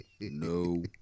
No